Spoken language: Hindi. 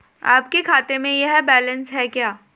आपके खाते में यह बैलेंस है क्या?